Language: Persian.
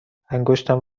انگشتم